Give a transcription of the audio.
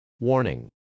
Warning